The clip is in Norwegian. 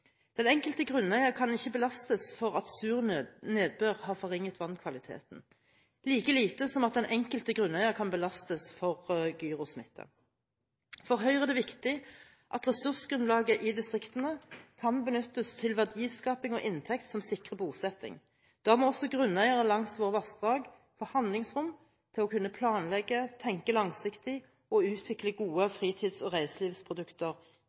Den enkelte grunneier kan ikke belastes for at sur nedbør har forringet vannkvaliteten, like lite som den enkelte grunneier kan belastes for gyrosmitte. For Høyre er det viktig at ressursgrunnlaget i distriktene kan benyttes til verdiskaping og inntekt som sikrer bosetting. Da må også grunneiere langs våre vassdrag få handlingsrom til å kunne planlegge, tenke langsiktig og utvikle gode fritids- og reiselivsprodukter